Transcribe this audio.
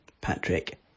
Patrick